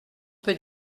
peut